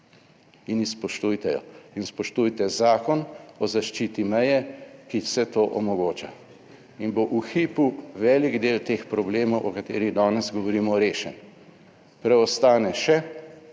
in spoštujte jo. In spoštujte Zakon o zaščiti meje, ki vse to omogoča. In bo v hipu velik del teh problemov o katerih danes govorimo, rešen. Preostane še,